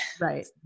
right